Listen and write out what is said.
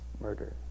murder